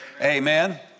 Amen